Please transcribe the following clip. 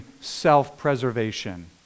self-preservation